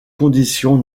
conditions